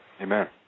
Amen